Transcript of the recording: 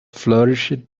flourished